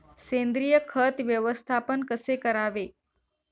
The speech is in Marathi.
सेंद्रिय खत व्यवस्थापन कसे करावे?